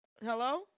Hello